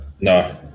no